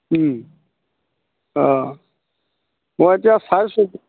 অঁ মই এতিয়া চাইছোঁ